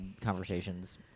conversations